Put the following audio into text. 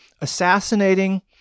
assassinating